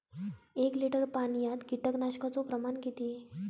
एक लिटर पाणयात कीटकनाशकाचो प्रमाण किती?